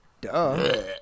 Duh